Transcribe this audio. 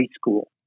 school